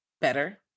Better